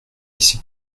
ici